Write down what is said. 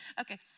Okay